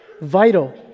vital